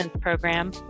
Program